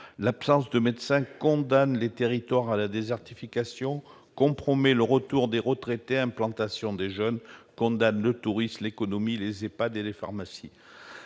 L'absence de médecins condamne les territoires à la désertification, compromet le retour des retraités et l'implantation des jeunes, condamne le tourisme, l'économie, les établissements